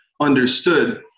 understood